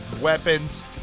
weapons